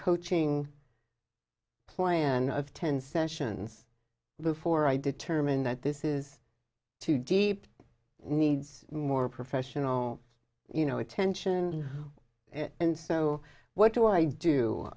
coaching plan of ten sessions before i determine that this is too deep needs more professional you know attention and so what do i do